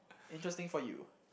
interesting for you